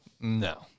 No